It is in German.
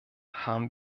haben